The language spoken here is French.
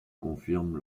confirment